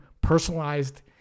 personalized